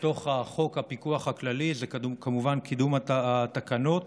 לתוך חוק הפיקוח הכללי, וזה כמובן קידום התקנות